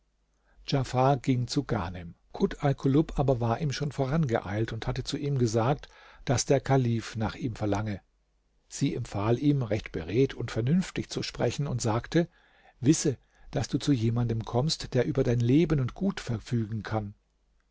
djafar ging zu ghanem kut alkulub aber war ihm schon vorangeeilt und hatte zu ihm gesagt daß der kalif nach ihm verlange sie empfahl ihm recht beredt und vernünftig zu sprechen und sagte wisse daß du zu jemanden kommst der über dein leben und gut verfügen kann